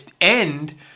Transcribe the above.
end